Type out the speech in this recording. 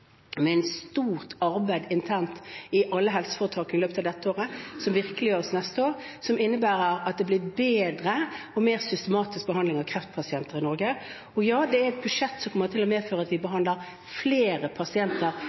med et stort arbeid internt i alle helseforetak i løpet av dette året, som virkeliggjøres neste år, og som innebærer at det blir bedre og mer systematisk behandling av kreftpasienter i Norge. Ja, det er et budsjett som medfører at vi behandler flere pasienter